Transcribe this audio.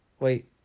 Wait